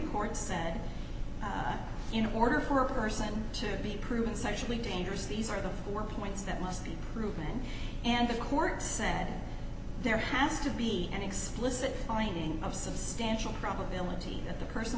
court said i'm in order for a person to be proven sexually dangerous these are the more points that must be proven and the court said there has to be an explicit finding of substantial probability that the person